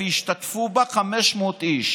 ישתתפו בה 500 איש